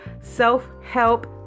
self-help